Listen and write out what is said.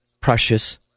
precious